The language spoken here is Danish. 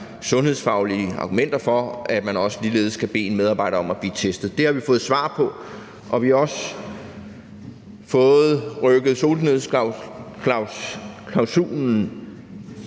sundhedsfaglige argumenter for, at man ligeledes kan bede en medarbejder om at blive testet? Det har vi fået svar på. Vi har også fået rykket solnedgangsklausulen